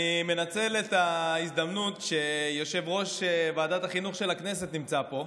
אני מנצל את ההזדמנות שיושב-ראש ועדת החינוך של הכנסת נמצא פה,